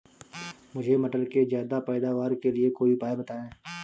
मुझे मटर के ज्यादा पैदावार के लिए कोई उपाय बताए?